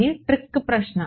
ఇది ట్రిక్ ప్రశ్న